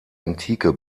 antike